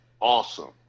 awesome